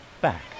back